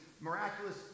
miraculous